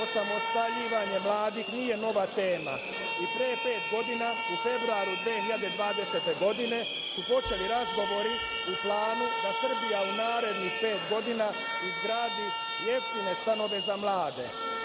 osamostaljivanje mladih nije nova tema. Pre pet godina u februaru 2020. godine su počeli razgovori u planu da Srbija u narednih pet godina izgradi jeftine stanove za mlade.